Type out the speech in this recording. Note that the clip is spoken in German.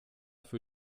für